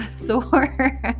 thor